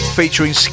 featuring